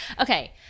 okay